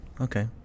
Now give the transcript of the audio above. okay